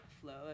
flow